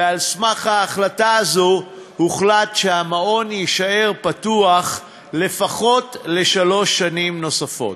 ועל סמך ההחלטה הזאת הוחלט שהמעון יישאר פתוח לפחות שלוש שנים נוספות.